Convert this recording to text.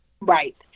Right